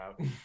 out